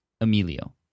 Emilio